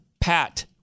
PAT